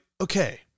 okay